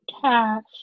Cash